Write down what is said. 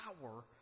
power